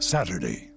Saturday